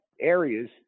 Areas